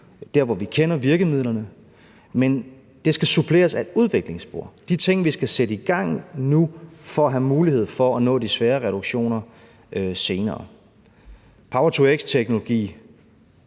der, hvor vi kender virkemidlerne, og at vi på den anden side skal supplere det med et udviklingsspor, nemlig de ting, vi skal sætte i gang nu for at have mulighed for at nå de svære reduktioner senere. Power-to-x-teknologi,